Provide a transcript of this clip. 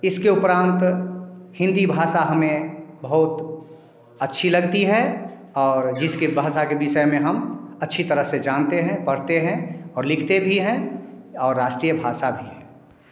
इसके उपरान्त हिंदी भाषा हमें बहुत अच्छी लगती है और जिसके भाषा के विषय में हम अच्छी तरह से जानते हैं पढ़ते हैं और लिखते भी हैं और राष्ट्रीय भाषा भी है